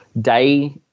day